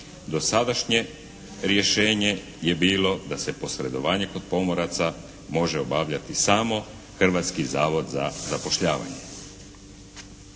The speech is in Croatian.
dosadašnje rješenje je bilo da se posredovanje kod pomoraca može obavljati samo Hrvatski zavod za zapošljavanje.